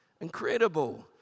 Incredible